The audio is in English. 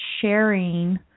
sharing